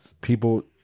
people